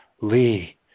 Lee